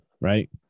right